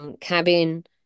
cabin